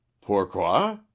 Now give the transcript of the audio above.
pourquoi